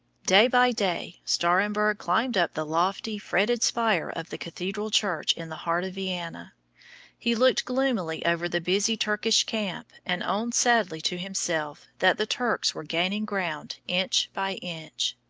day by day stahremberg climbed up the lofty fretted spire of the cathedral church in the heart of vienna he looked gloomily over the busy turkish camp and owned sadly to himself that the turks were gaining ground inch by inch.